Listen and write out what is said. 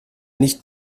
nicht